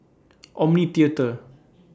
Omni Theatre